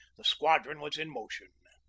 the squadron was in motion.